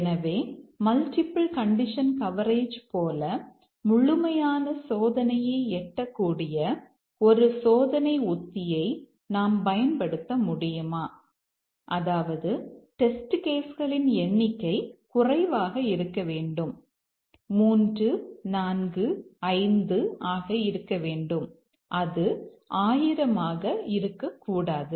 எனவே multiple condition coverage போல முழுமையான சோதனையை எட்டக்கூடிய ஒரு சோதனை உத்தியை நாம் பயன்படுத்த முடியுமா அதாவது டெஸ்ட் கேஸ் ளின் எண்ணிக்கை குறைவாக இருக்க வேண்டும் அதாவது 3 4 5 ஆக இருக்க வேண்டும் அது 1000 ஆக இருக்கக்கூடாது